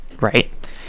right